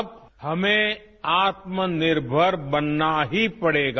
अब हमें आत्मनिर्भर बनना ही पड़ेगा